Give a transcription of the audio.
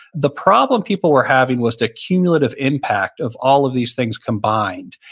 the problem people were having was the cumulative impact of all of these things combined.